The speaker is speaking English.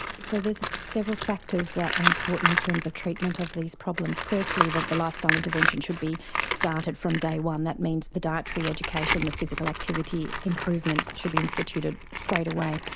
so there's several factors that are important in terms of treatment of these problems. firstly that the lifestyle intervention should be started from day one, that means the dietary education, the physical activity improvements should be instituted straight away.